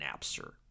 Napster